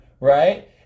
right